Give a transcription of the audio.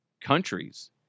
countries